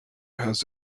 has